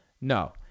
No